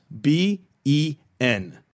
b-e-n